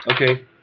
Okay